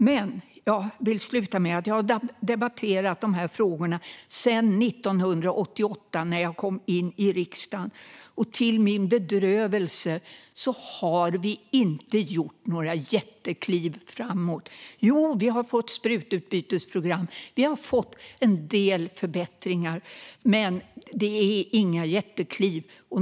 Men jag vill avsluta med att säga att jag har debatterat de här frågorna sedan 1988 när jag kom in i riksdagen, och till min bedrövelse har vi inte gjort några jättekliv framåt. Jo, vi har fått sprututbytesprogram och en del andra förbättringar, men det är inga jättekliv.